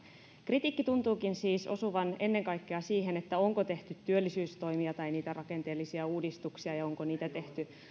kritiikki tuntuukin siis osuvan ennen kaikkea siihen onko tehty työllisyystoimia tai niitä rakenteellisia uudistuksia ja onko niitä tehty